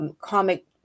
comic